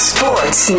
Sports